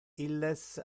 illes